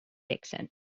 dixon